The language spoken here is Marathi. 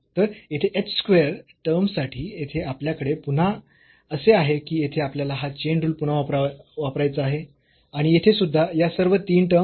तर येथे h स्क्वेअर टर्म साठी येथे आपल्याकडे पुन्हा असे आहे की येथे आपल्याला हा चेन रुल पुन्हा वापरायचा आहे आणि येथे सुद्धा या सर्व तीन टर्म्स